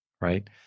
right